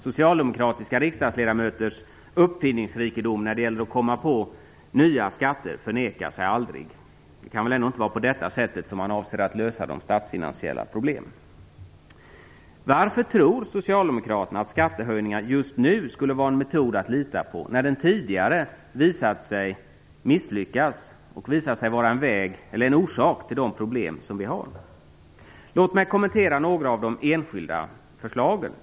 Socialdemokratiska riksdagsledamöters uppfinningsrikedom när det gäller att komma på nya skatter förnekar sig aldrig. Det kan väl ändå inte vara på det sättet som man avser att lösa de statsfinansiella problemen. Varför tror socialdemokraterna att skattehöjningar just nu skulle vara en metod att lita på, när den tidigare visat sig misslyckas och visat sig vara en orsak till de problem som vi har? Låt mig så kommentera några av de enskilda förslagen.